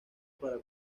para